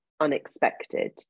unexpected